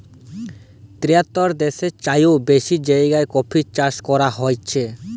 তিয়াত্তর দ্যাশের চাইয়েও বেশি জায়গায় কফি চাষ ক্যরা হছে